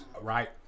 right